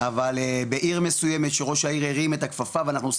אבל בעיר מסוימת שראש העיר הרים את הכפפה ואנחנו עושים